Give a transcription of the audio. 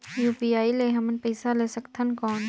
UPI ले हमन पइसा ले सकथन कौन?